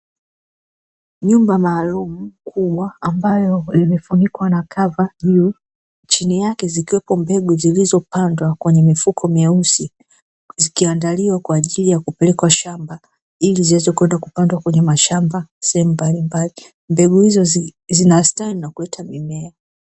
Nyumba maalumu kubwa ambayo imefunikwa na kava juu, chini yake zikiwepo mbegu zilizopandwa kwenye mifuko mieusi zikiandaliwa kwa ajili ya kupelekwa shamba, ili ziweze kwenda kupandwa kwenye mashamba sehemu mbalimbali mbegu hizo zinastawi na kuleta mimea.